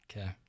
Okay